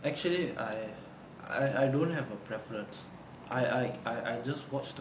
actually I I I don't have a preference I I I just watched